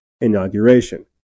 inauguration